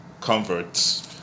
converts